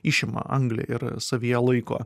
išima anglį ir savyje laiko